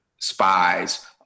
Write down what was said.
spies